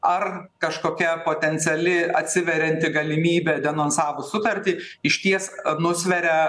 ar kažkokia potenciali atsiverianti galimybė denonsavus sutartį išties nusveria